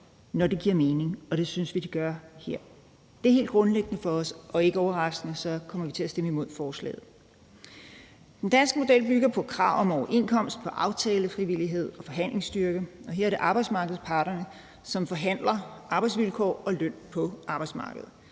når det giver mening, og det synes vi det gør her. Det er helt grundlæggende for os, og ikke overraskende kommer vi til at stemme imod forslaget. Den danske model bygger på krav om overenskomst, på aftalefrivillighed og på forhandlingsstyrke, og her er det arbejdsmarkedets parter, som forhandler arbejdsvilkår og løn på arbejdsmarkedet.